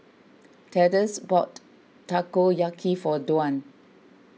Thaddeus bought Takoyaki for Dwan